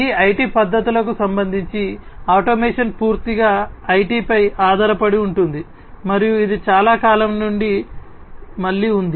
ఈ ఐటి పద్దతులకు సంబంధించి ఆటోమేషన్ పూర్తిగా ఐటిపై ఆధారపడి ఉంటుంది మరియు ఇది చాలా కాలం నుండి మళ్ళీ ఉంది